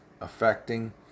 affecting